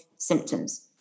Symptoms